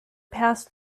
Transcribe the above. passed